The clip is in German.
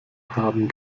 haben